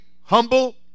humble